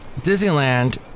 Disneyland